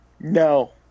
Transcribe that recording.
No